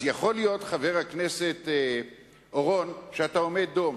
יכול להיות, חבר הכנסת אורון, שאתה עומד דום,